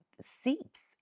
seeps